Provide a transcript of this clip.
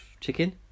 Chicken